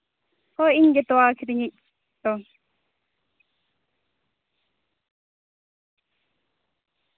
ᱦᱳᱭ ᱤᱧ ᱜᱮ ᱛᱚᱣᱟ ᱟᱹᱠᱷᱨᱤᱧᱤᱡ ᱫᱚ